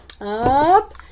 up